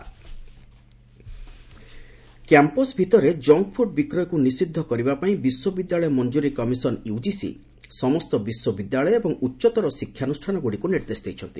UGC junk food campus ଭିତରେ junk food ବିକ୍ରୟକୁ ନିଷିଦ୍ଧ କରିବା ପାଇଁ ବିଶ୍ୱବିଦ୍ୟାଳୟ ମଞ୍ଜୁରୀ କମିଶନ ୟୁଜିସି ସମସ୍ତ ବିଶ୍ୱବିଦ୍ୟାଳୟ ଏବଂ ଉଚ୍ଚତର ଶିକ୍ଷାନୁଷ୍ଠାନ ଗୁଡିକୁ ନିର୍ଦ୍ଦେଶ ଦେଇଛନ୍ତି